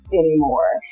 anymore